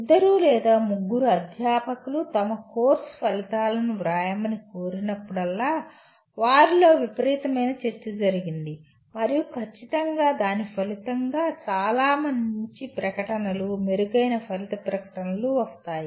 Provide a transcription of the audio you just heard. ఇద్దరు లేదా ముగ్గురు అధ్యాపకులు తమ కోర్సు ఫలితాలను వ్రాయమని కోరినప్పుడల్లా వారిలో విపరీతమైన చర్చ జరిగింది మరియు ఖచ్చితంగా దాని ఫలితంగా చాలా మంచి ప్రకటనలు మెరుగైన ఫలిత ప్రకటనలు వస్తాయి